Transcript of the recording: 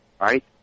Right